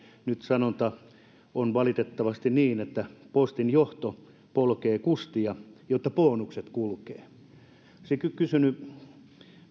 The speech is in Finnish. nyt sanonta on valitettavasti niin että postin johto polkee kustia jotta bonukset kulkee olisinkin kysynyt